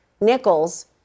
Nichols